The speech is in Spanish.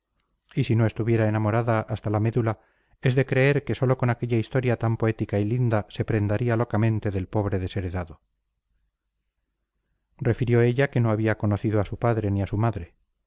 y si no estuviera enamorada hasta la médula es de creer que sólo con aquella historia tan poética y linda se prendaría locamente del pobre desheredado refirió ella que no había conocido a su padre ni a su madre